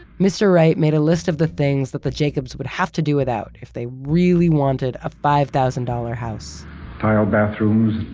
mr. wright made a list of the things that the jacobs would have to do without, if they really wanted a five thousand dollars house tile bathrooms,